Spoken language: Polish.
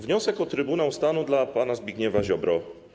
Wniosek o Trybunał Stanu dla pana Zbigniewa Ziobry.